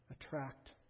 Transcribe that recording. attract